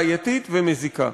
בעייתית ומזיקה.